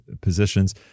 positions